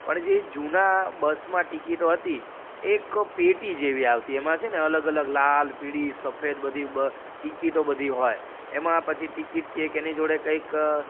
પણ જે જૂનાં બસમાં ટિકિટો હતી એક પેટી જેવી આવતી એમાં છે ને અલગ અલગ લાલ પીળી સફેદ બધી ટિકિટો બધી હોય એમાં પછી ટિકિટથી એક એની જોડે કંઇક